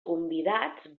convidats